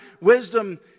wisdom